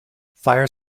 fire